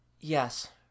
Yes